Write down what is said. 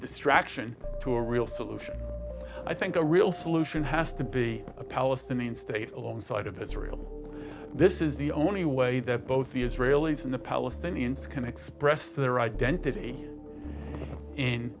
distraction to a real solution i think a real solution has to be a palestinian state alongside of israel this is the only way that both the israelis and the palestinians can express their identity in